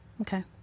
Okay